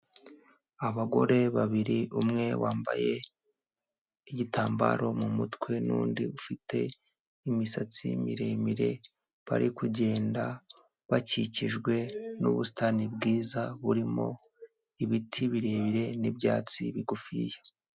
Abagore babiri umwe wambaye igitambaro mumutwe nundi ufite imisatsi miremire bari kugenda bakikijwe nubusitani bwiza burimo ibiti birebire n'ibyatsi bigufiya.